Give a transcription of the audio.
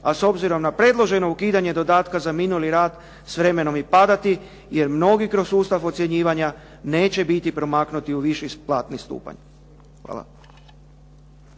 a s obzirom na predloženo ukidanje dodatka za minuli rad s vremenom i padati jer mnogi kroz sustav ocjenjivanja neće biti promaknuti u viši platni stupanj. Hvala.